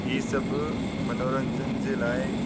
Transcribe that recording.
इहे सभु मनोरंजन जे लाइ